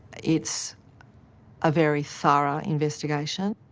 it's a very thorough investigation.